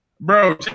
bro